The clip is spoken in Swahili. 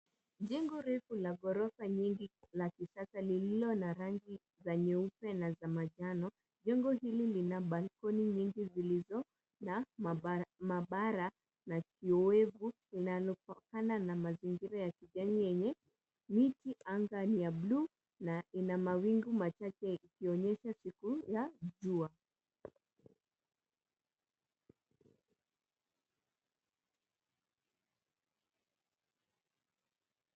Jengo refu lenye ghorofa nyingi ya kisasa lililo na rangi ya nyeupe na za manjano. Jengo hili lina balkoni nyingi zilizo na mabara na kiowevu. Inaonekana na mazingira ya kijani yenye miti. Anga ni ya buluu na mawingu machache ikionyesha siku ya jua.